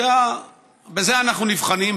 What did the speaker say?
בזה אנחנו נבחנים,